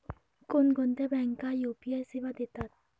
कोणकोणत्या बँका यू.पी.आय सेवा देतात?